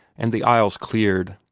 and the aisles cleared.